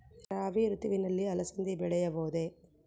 ರಾಭಿ ಋತುವಿನಲ್ಲಿ ಅಲಸಂದಿ ಬೆಳೆಯಬಹುದೆ?